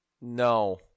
No